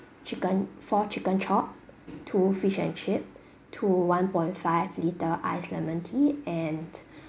chicken four chicken chop two fish and chip two one point five litre iced lemon tea and